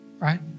Right